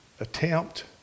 attempt